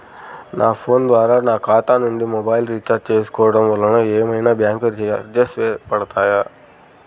నా ఫోన్ ద్వారా నా ఖాతా నుండి మొబైల్ రీఛార్జ్ చేసుకోవటం వలన ఏమైనా బ్యాంకు చార్జెస్ పడతాయా?